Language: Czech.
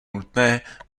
nutné